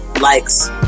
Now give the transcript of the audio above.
likes